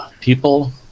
people